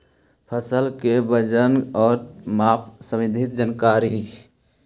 फसल के वजन और मापन संबंधी जनकारी?